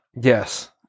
Yes